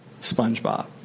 spongebob